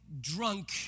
drunk